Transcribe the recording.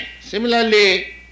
Similarly